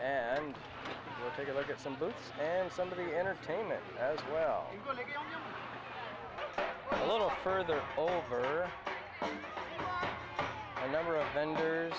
and take a look at some books and somebody entertain it as well a little further over a number of vendors